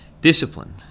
Discipline